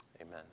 Amen